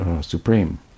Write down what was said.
Supreme